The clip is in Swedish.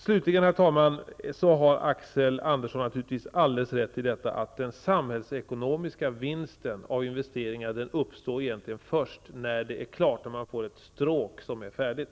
Slutligen, herr talman, har Axel Andersson naturligtvis alldeles rätt i att den samhällsekonomiska vinsten av investeringar egentligen uppstår först när något är klart, när man får ett stråk som är färdigt.